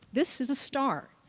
this is a star.